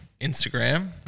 instagram